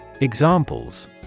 Examples